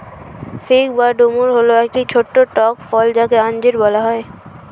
fig বা ডুমুর হল একটি ছোট্ট টক ফল যাকে আঞ্জির বলা হয়